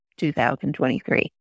2023